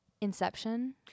Inception